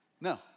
No